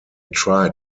tried